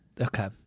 okay